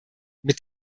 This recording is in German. mit